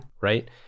right